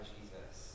Jesus